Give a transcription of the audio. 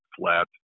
flat